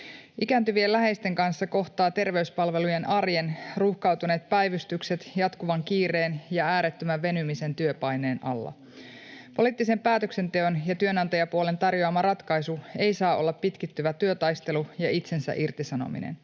Ikääntyvien läheisten kanssa kohtaa terveyspalvelujen arjen, ruuhkautuneet päivystykset, jatkuvan kiireen ja äärettömän venymisen työpaineen alla. Poliittisen päätöksenteon ja työnantajapuolen tarjoama ratkaisu ei saa olla pitkittyvä työtaistelu ja itsensä irtisanominen.